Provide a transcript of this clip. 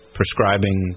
prescribing